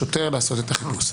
לשוטר לעשות את החיפוש,